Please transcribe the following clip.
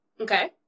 Okay